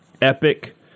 Epic